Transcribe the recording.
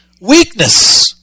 weakness